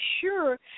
sure